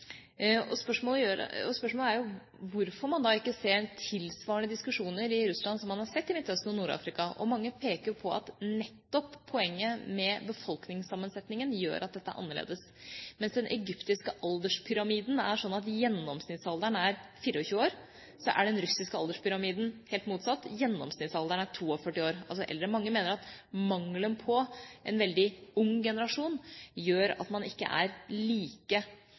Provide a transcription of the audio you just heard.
Spørsmålet er jo hvorfor man ikke ser tilsvarende diskusjoner i Russland som man har sett i Midtøsten og Nord-Afrika. Mange peker på poenget med at befolkningssammensetningen er annerledes. Mens den egyptiske alderspyramiden viser at gjennomsnittsalderen er 24 år, er den russiske alderspyramiden helt motsatt – gjennomsnittsalderen er 42, altså høyere. Mange mener at mangelen på en veldig ung generasjon gjør at man ikke har et like